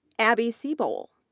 abby sebol,